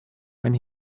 when